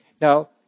Now